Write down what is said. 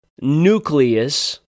nucleus